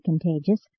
contagious